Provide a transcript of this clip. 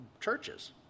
churches